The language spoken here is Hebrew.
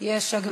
יש.